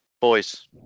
Boys